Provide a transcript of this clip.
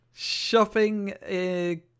Shopping